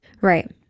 Right